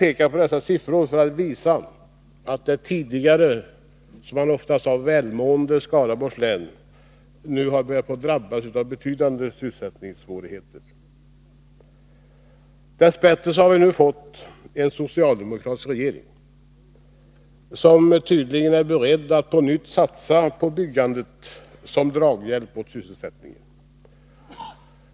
Med dessa siffror har jag velat visa att det tidigare, som man ofta sade, välmående Skaraborgs län nu har börjat drabbas av betydande sysselsättningssvårigheter. Dess bättre har vi nu fått en socialdemokratisk regering, som tydligen är beredd att på nytt satsa på byggandet som draghjälp åt sysselsättningen.